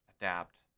adapt